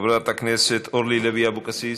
חברת הכנסת אורלי לוי אבקסיס,